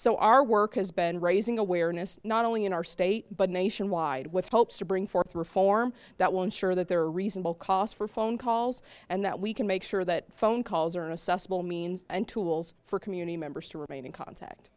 so our work has been raising awareness not only in our state but nationwide with hopes to bring forth reform that will ensure that there are reasonable cost for phone calls and that we can make sure that phone calls are assessable means and tools for community members to remain in contact